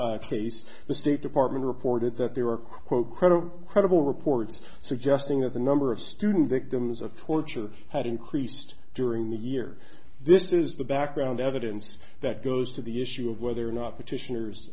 case the state department reported that there were quote credible credible reports suggesting that the number of student victims of torture had increased during the year this is the background evidence that goes to the issue of whether or not petitioners